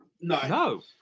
no